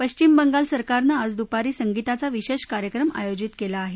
पश्चिम बंगाल सरकारनं आज दुपारी संगीताचा विशेष कार्यक्रम आयोजित केला आहे